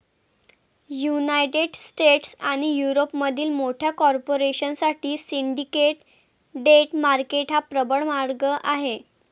United States आणि युरोपमधील मोठ्या कॉर्पोरेशन साठी सिंडिकेट डेट मार्केट हा प्रबळ मार्ग आहे